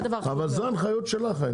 אלו הנחיות שלך.